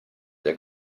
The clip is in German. der